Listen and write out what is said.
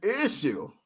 issue